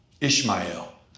Ishmael